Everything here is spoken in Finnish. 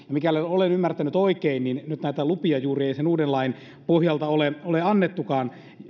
mikäli olen ymmärtänyt oikein niin nyt näitä lupia ei sen uuden lain pohjalta ole annettukaan